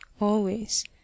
always